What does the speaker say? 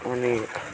अनि